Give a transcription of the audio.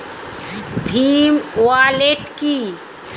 Bhim wallet কি?